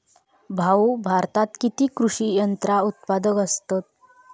भाऊ, भारतात किती कृषी यंत्रा उत्पादक असतत